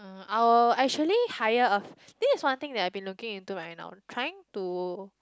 I'll actually hire a this is one thing I've been looking into right now trying to